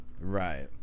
Right